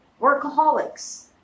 Workaholics